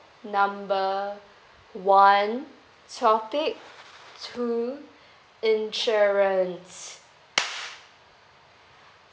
number one topic two insurance